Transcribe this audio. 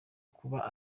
kuba